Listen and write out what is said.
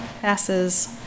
Passes